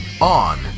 On